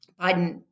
Biden